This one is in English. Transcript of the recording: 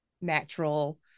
natural